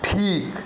ঠিক